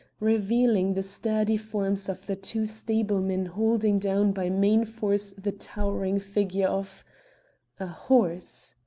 revealing the sturdy forms of the two stablemen holding down by main force the towering figure of a horse!